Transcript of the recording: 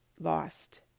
lost